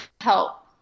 help